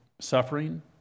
suffering